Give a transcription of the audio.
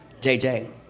JJ